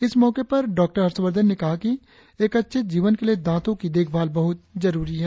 इस मौके पर डाक्टर हर्षवर्धन ने कहा कि एक अच्छे जीवन के लिए दांतों की देखभाल बहुत जरुरी है